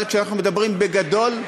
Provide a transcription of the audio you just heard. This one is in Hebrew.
אבל כשאנחנו מדברים בגדול,